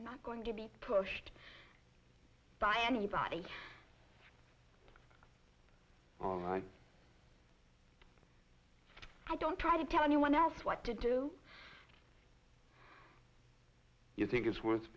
isn't going to be pushed by anybody all right i don't try to tell anyone else what to do you think is worth